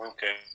Okay